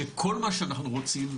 שכל מה שאנחנו רוצים,